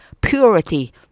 purity